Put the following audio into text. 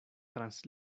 trans